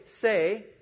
say